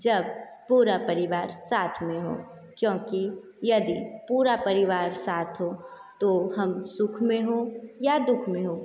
जब पूरा परिवार साथ में हों क्योंकि यदि पूरा परिवार साथ हो तो हम सुख में हों या दुःख में हों